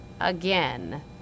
again